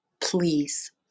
please